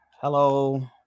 Hello